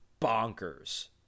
bonkers